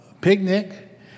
picnic